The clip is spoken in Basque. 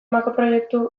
makroproiektu